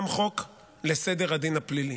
הוא גם חוק לסדר הדין הפלילי.